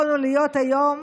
יכולנו להיות היום